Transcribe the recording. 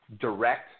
direct